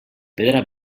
pedra